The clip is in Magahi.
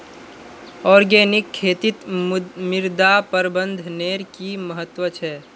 ऑर्गेनिक खेतीत मृदा प्रबंधनेर कि महत्व छे